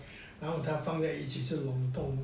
然后他放在一起是冷冻